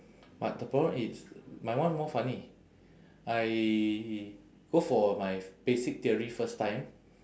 but the problem is my one more funny I go for my basic theory first time